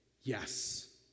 yes